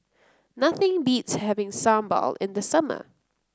nothing beats having sambal in the summer